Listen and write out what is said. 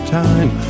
time